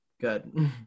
good